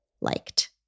liked